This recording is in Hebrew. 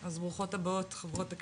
שוב, תודה לחברותי